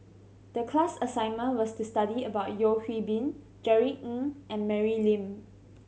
the class assignment was to study about Yeo Hwee Bin Jerry Ng and Mary Lim